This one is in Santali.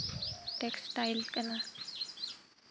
ᱴᱮᱠᱥᱴᱟᱭᱤᱞ ᱠᱟᱱᱟ